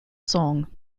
song